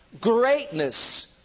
greatness